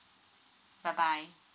bye bye